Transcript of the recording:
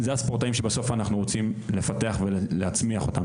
אלה הספורטאים שבסוף אנחנו רוצים לפתח ולהצמיח אותם,